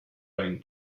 rain